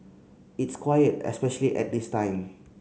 it's quiet especially at this time